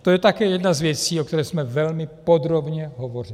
To je také jedna z věcí, o které jsme velmi podrobně hovořili.